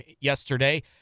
yesterday